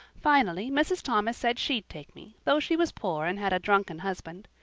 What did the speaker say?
finally mrs. thomas said she'd take me, though she was poor and had a drunken husband.